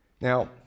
Now